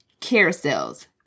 carousels